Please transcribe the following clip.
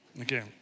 Okay